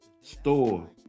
store